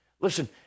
Listen